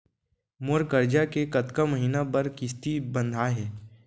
मोर करजा के कतका महीना बर किस्ती बंधाये हे?